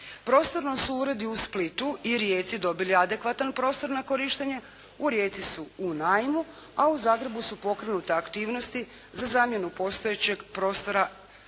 Prostorno su uredi u Splitu i Rijeci dobili adekvatan prostor na korištenje. U Rijeci su u najmu, a u Zagrebu su pokrenute aktivnosti za zamjenu postojećeg prostora za